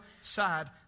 sad